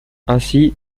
ainsi